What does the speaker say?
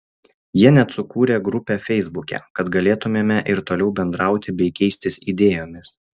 jie net sukūrė grupę feisbuke kad galėtumėme ir toliau bendrauti bei keistis idėjomis